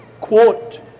quote